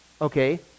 okay